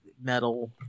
metal